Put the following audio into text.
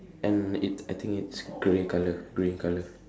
and it I think it's grey colour grey colour